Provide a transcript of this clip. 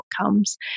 outcomes